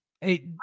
Hey